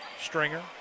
Stringer